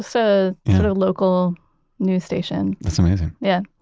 so you know local news station that's amazing yeah.